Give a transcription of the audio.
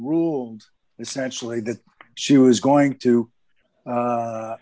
ruled essentially that she was going to